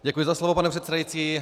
Děkuji za slovo, pane předsedající.